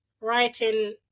writing